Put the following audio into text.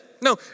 No